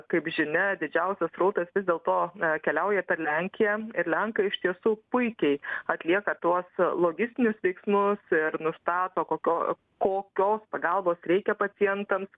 kaip žinia didžiausias srautas vis dėlto keliauja per lenkiją ir lenkai iš tiesų puikiai atlieka tuos logistinius veiksmus ir nustato kokio kokios pagalbos reikia pacientams